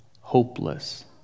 hopeless